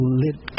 lit